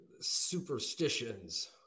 superstitions